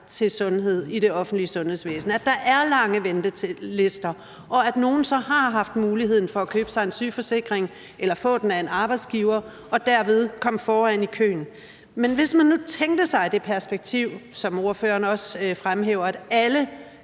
til sundhed i det offentlige sundhedsvæsen, at der er lange ventelister, og at nogle så har haft mulighed for at købe sig en sygeforsikring eller få den af en arbejdsgiver og derved komme foran i køen. Men hvis man nu tænker sigdet scenarie, som ordføreren også fremhæver, at alle